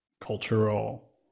cultural